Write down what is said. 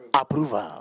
approval